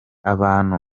abantu